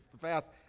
fast